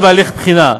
בהליך בחינה.